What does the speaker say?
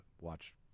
watch